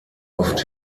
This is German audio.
oft